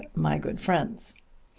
my good friends.